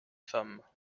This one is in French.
femme